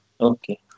Okay